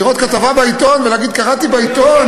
לראות כתבה בעיתון ולהגיד: קראתי בעיתון?